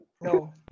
No